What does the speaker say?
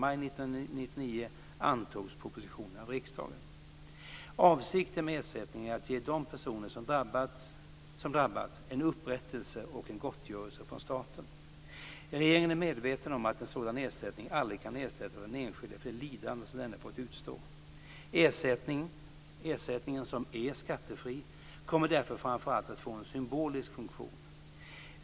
Avsikten med ersättningen är att ge de personer som drabbats en upprättelse och en gottgörelse från staten. Regeringen är medveten om att en sådan ersättning aldrig kan ersätta den enskilde för det lidande som denne fått utstå. Ersättningen, som är skattefri, kommer därför framför allt att få en symbolisk funktion.